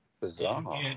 Bizarre